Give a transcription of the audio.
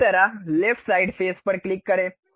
इसी तरह left side face पर क्लिक करें